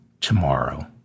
tomorrow